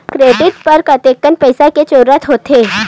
Credit बर कतेकन पईसा के जरूरत होथे?